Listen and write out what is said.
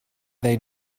they